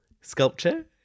sculpture